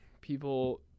people